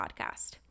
podcast